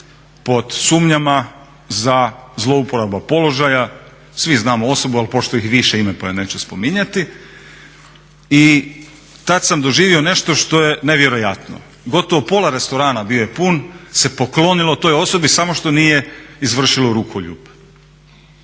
pod sumnjama za zlouporabu položaja. Svi znamo osobu ali pošto ih više ima pa je neću spominjati i tada sam doživio nešto što je nevjerojatno. Gotovo pola restorana, bio je pun, se poklonilo toj osobi samo što nije izvršilo rukoljub.